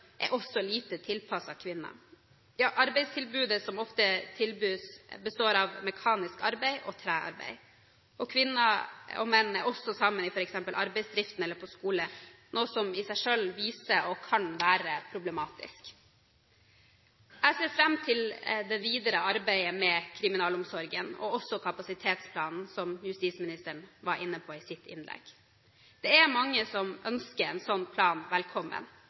er også lite tilpasset kvinner. Arbeidstilbudet består ofte av mekanisk arbeid og trearbeid. Kvinner og menn er også sammen i f.eks. arbeidsdriften eller på skole, noe som i seg selv kan vise seg å være problematisk. Jeg ser fram til det videre arbeidet med kriminalomsorgen og også med kapasitetsplanen, som justisministeren var inne på i sitt innlegg. Det er mange som ønsker en sånn plan velkommen.